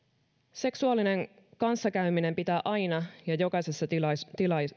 seksuaalisen kanssakäymisen pitää aina ja jokaisessa tilanteessa